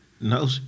No